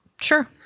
Sure